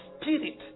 spirit